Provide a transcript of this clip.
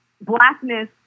blackness